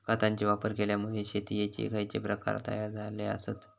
खतांचे वापर केल्यामुळे शेतीयेचे खैचे प्रकार तयार झाले आसत?